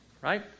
right